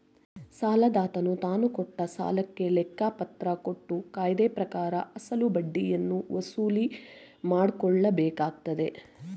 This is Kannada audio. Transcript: ಸಾಲದಾತನು ತಾನುಕೊಟ್ಟ ಸಾಲಕ್ಕೆ ಲೆಕ್ಕಪತ್ರ ಕೊಟ್ಟು ಕಾಯ್ದೆಪ್ರಕಾರ ಅಸಲು ಬಡ್ಡಿಯನ್ನು ವಸೂಲಿಮಾಡಕೊಳ್ಳಬೇಕಾಗತ್ತದೆ